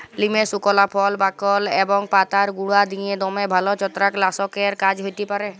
লিমের সুকলা ফল, বাকল এবং পাতার গুঁড়া দিঁয়ে দমে ভাল ছত্রাক লাসকের কাজ হ্যতে পারে